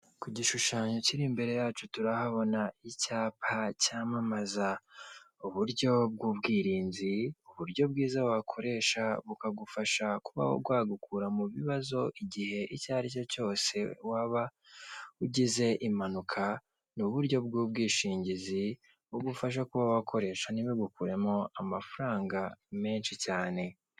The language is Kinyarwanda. Ku gishushanyo kiri imbere yacu turahabona icyapa cyamamaza uburyo bw'ubwirinzi, uburyo bwiza wakoresha bukagufasha kuba bwagukura mu bibazo igihe icyo ari cyo cyose waba ugize imanuka. Ni uburyo bw'ubwishingizi bugufasha kuba wakoresha ntibigukuremo amafaranga menshi cyane.